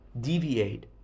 deviate